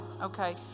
okay